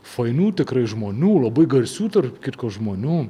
fainų tikrai žmonių labai garsių tarp kitko žmonių